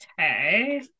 Okay